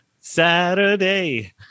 Saturday